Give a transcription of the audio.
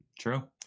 true